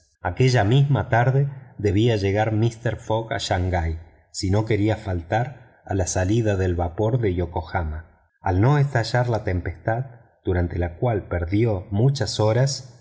aquella misma tarde debía llegar mister fogg a shangai si no quería faltar a la salida del vapor de yokohama a no estallar la tempestad durante la cual perdió muchas horas